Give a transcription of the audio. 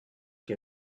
que